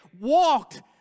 walked